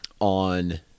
on